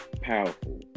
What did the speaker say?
powerful